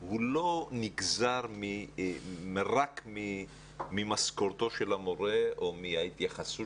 הוא לא נגזר רק ממשכורתו של המורה או מההתייחסות